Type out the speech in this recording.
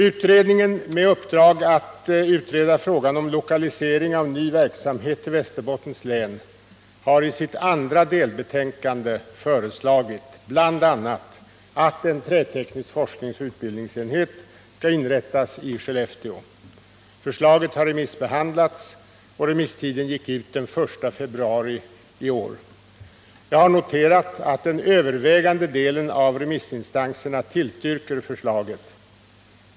Utredningen med uppdrag att utreda frågan om lokalisering av ny verksamhet till Västerbottens län har i sitt andra delbetänkande föreslagit bl.a. att en träteknisk FoU-enhet skall inrättas i Skellefteå. Förslaget har remissbehandlats. Remisstiden gick ut den 1 februari 1979. Jag har noterat att den övervägande delen av remissinstanserna tillstyrker förslaget.